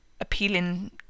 appealing